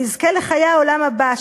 ויזכה לחיי העולם הבא,